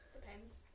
Depends